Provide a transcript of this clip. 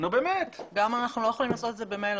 אנחנו גם לא יכולים לעשות את זה במייל.